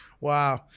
Wow